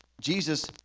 Jesus